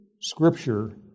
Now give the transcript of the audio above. Scripture